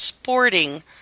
Sporting